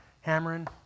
hammering